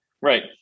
right